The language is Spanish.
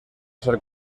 ser